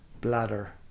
bladder